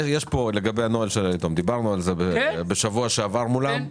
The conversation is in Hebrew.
לגבי הנוהל גם דיברנו על זה בשבוע שעבר מולם.